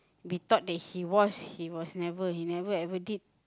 we thought that he was he was never he never ever did